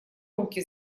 руки